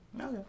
Okay